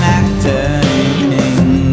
acting